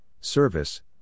service